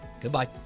Goodbye